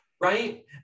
right